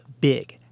big